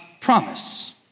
promise